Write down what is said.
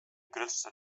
grutste